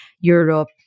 Europe